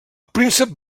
príncep